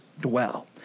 dwell